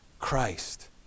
Christ